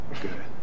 Good